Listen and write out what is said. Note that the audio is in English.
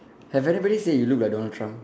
have anybody say you look like Donald Trump